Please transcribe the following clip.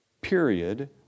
period